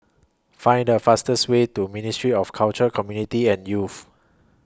Find The fastest Way to Ministry of Culture Community and Youth